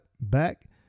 back